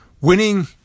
Winning